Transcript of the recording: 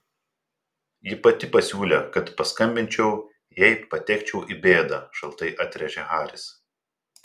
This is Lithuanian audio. ji pati pasiūlė kad paskambinčiau jei patekčiau į bėdą šaltai atrėžė haris